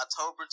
October